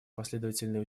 последовательные